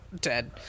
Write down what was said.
dead